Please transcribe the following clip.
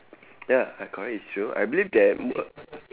ya ah correct it's true I believe that